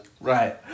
Right